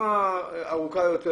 בצורה ארוכה יותר,